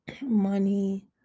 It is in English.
money